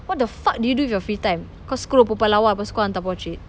what the fuck do you do with your free time kau scroll perempuan lawa pastu kau hantar portrait